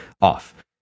off